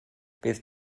bydd